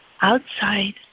outside